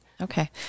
Okay